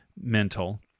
mental